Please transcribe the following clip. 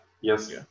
yes